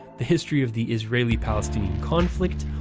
the history of the israeli-palestinian conflict,